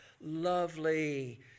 lovely